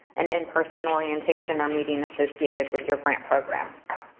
an in-person orientation or meeting associated with your grant program.